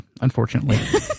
unfortunately